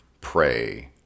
Pray